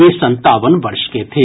वे संतावन वर्ष के थे